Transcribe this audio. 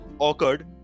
occurred